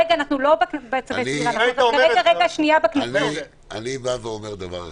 אני אומר דבר אחד.